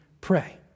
pray